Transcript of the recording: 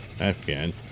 afghan